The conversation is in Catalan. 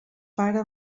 pare